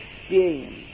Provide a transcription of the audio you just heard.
experience